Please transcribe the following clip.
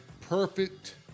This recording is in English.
perfect